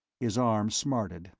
his arm smarted,